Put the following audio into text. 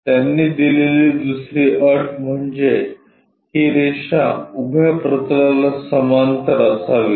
त्यांनी दिलेली दुसरी अट म्हणजे ही रेषा उभ्या प्रतलाला समांतर असावी